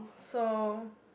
so